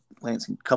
Lansing